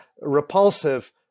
repulsive